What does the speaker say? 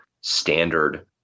standard